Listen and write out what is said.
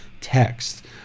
text